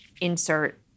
insert